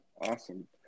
awesome